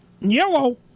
Yellow